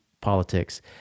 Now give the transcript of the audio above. politics